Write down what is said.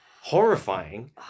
Horrifying